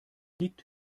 liegt